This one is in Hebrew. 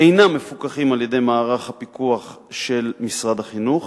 אינם מפוקחים על-ידי מערך הפיקוח של משרד החינוך.